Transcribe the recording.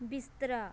ਬਿਸਤਰਾ